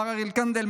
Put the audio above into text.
מר אריאל קנדל,